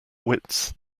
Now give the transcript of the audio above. wits